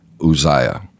Uzziah